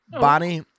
bonnie